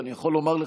ואני יכול לומר לך,